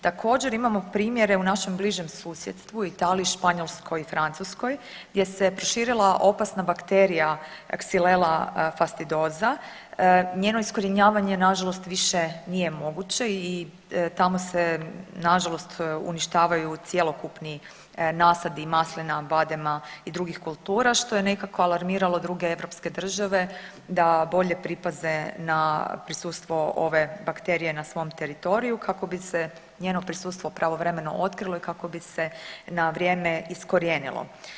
Također imamo primjere u našem bližem susjedstvu Italiji, Španjolskoj i Francuskoj gdje se proširila opasna bakterija Xylella fastidosa, njeno iskorjenjivanje nažalost više nije moguće i tamo se nažalost uništavaju cjelokupni nasadi maslina, badema i drugih kultura, što je nekako alarmiralo druge europske države da bolje pripaze na prisustvo ove bakterije na svom teritoriju kako bi se njeno prisustvo pravovremeno otkrilo i kako bi se na vrijeme iskorijenilo.